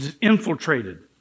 infiltrated